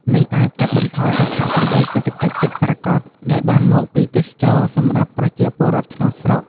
នេះអាចកាត់បន្ថយអត្ថប្រយោជន៍សេដ្ឋកិច្ចពិតប្រាកដដែលបានមកពីទេសចរណ៍សម្រាប់ប្រជាពលរដ្ឋក្នុងស្រុក។